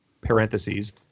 parentheses